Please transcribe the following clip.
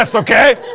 ah ok?